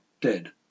dead